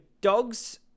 dogs